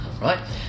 right